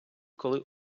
коли